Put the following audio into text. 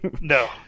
No